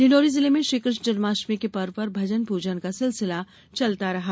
डिण्डोरी जिले में श्री कृष्ण जन्माष्टमी के पर्व पर भजन पूजन का सिलसिला चलता रहा